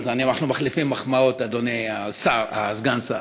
אז אנחנו מחליפים מחמאות אדוני השר, סגן השר.